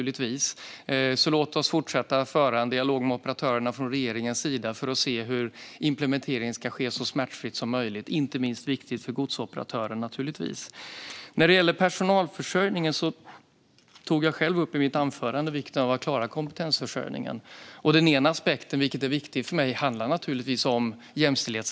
Låt oss i regeringen fortsätta föra en dialog med dem för att se hur implementeringen ska ske så smärtfritt som möjligt. Det är inte minst viktigt för godsoperatörerna. Vad gäller personalförsörjningen tog jag själv i mitt anförande upp vikten av att klara kompetensförsörjningen. En aspekt som är viktig för mig handlar om jämställdhet.